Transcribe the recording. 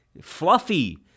fluffy